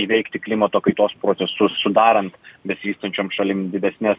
įveikti klimato kaitos procesus sudarant besivystančiom šalim didesnes